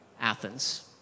Athens